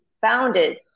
founded